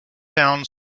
town